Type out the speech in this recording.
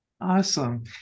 Awesome